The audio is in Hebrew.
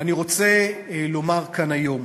אני רוצה לומר כאן היום